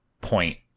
point